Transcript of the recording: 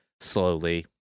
slowly